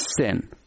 sin